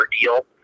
deal